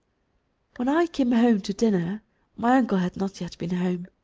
when i came home to dinner my uncle had not yet been home.